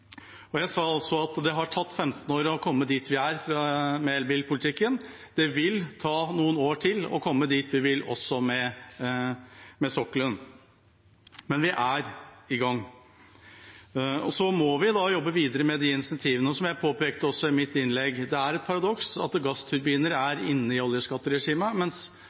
Jeg sa det har tatt 15 år å komme dit vi er med elbilpolitikken, og det vil ta noen år til å komme dit vi vil med sokkelen. Men vi er i gang, og så må vi jobbe videre med incentivene. Som jeg påpekte i mitt innlegg, er det et paradoks at gassturbiner er inne i oljeskatteregimet, mens